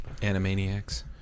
Animaniacs